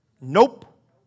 Nope